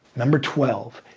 number twelve,